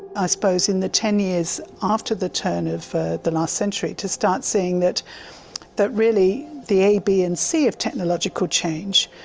i suppose in the ten years after the turn of the last century to start seeing that that really the a, b, and c of technological change,